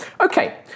Okay